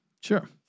Sure